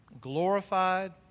glorified